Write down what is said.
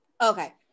Okay